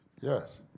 Yes